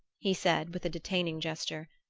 he said with a detaining gesture.